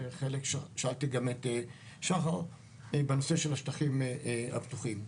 שגם שאלתי את שחר בנושא של השטחים הפתוחים.